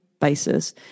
basis